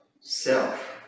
self